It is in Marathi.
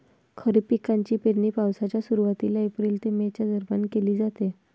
खरीप पिकांची पेरणी पावसाच्या सुरुवातीला एप्रिल ते मे च्या दरम्यान केली जाते